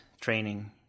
training